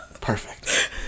Perfect